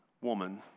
woman